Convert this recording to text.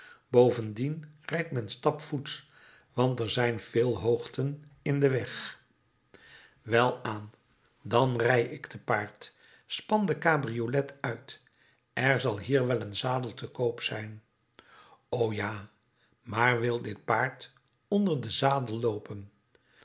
bovendien rijdt men stapvoets want er zijn veel hoogten in den weg welaan dan rij ik te paard span de cabriolet uit er zal hier wel een zadel te koop zijn o ja maar wil dit paard onder den zadel loopen